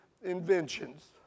Inventions